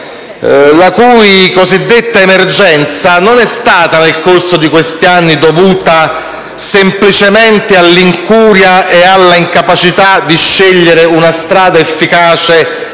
la cui cosiddetta emergenza rifiuti nel corso di questi anni non è stata semplicemente dovuta all'incuria e all'incapacità di scegliere una strada efficace